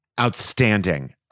Outstanding